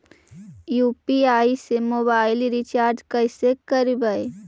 UPI से mobile recharge कैसे करबइ?